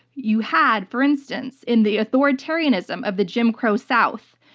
you had, for instance, in the authoritarianism of the jim crow south,